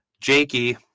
jakey